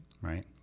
Right